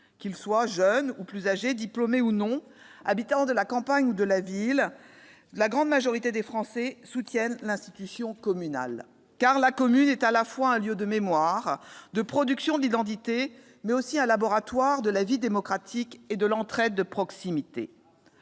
Qu'ils soient jeunes ou plus âgés, diplômés ou non, habitant à la campagne ou en ville, la grande majorité des Français soutient l'institution communale. La commune est à la fois un lieu de mémoire et de production de l'identité, mais aussi un laboratoire de la vie démocratique et de l'entraide de proximité.